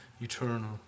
eternal